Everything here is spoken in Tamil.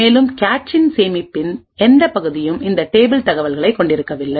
மேலும் கேட்சின் சேமிப்பின் எந்தப் பகுதியும் இந்த டேபிள் தகவல்களைக் கொண்டிருக்கவில்லை